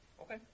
Okay